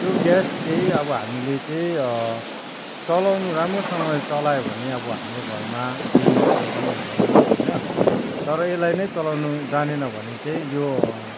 त्यो ग्यास चाहिँ अब हामीले चाहिँ चलाउनु राम्रोसँगले चलायो भने अब हाम्रो घरमा केही नोक्सान पनि हुँदैन होइन तर यसलाई नै चलाउनु जानेन भने चाहिँ यो ग्यासले चाहिँ